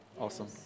Awesome